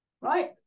right